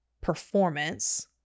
performance